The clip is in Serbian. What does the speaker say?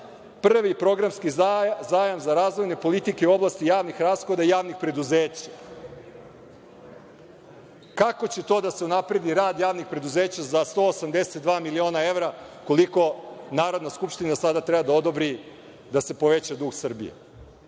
prvi programski zajam za razvojne politike u oblasti javnih rashoda i javnih preduzeća? Kako će to da se unapredi rad javnih preduzeća za 182 miliona evra, koliko Narodna skupština treba sada da odobri da se poveća dug Srbije?